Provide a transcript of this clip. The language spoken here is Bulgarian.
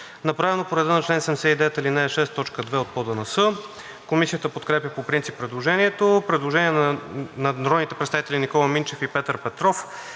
направено по реда на чл. 79, ал. 6, т. 2 от ПОДНС. Комисията подкрепя по принцип предложението. Предложение на народните представители Никола Минчев и Петър Петров,